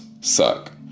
suck